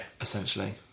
essentially